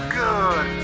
good